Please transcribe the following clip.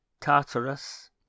Tartarus